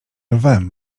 lwem